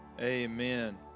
Amen